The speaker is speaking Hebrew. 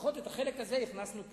לפחות את החלק הזה הכנסנו פנימה.